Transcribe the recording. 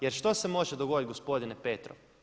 Jer što se može dogoditi gospodine Petrov?